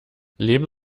leben